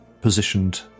positioned